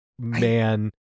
man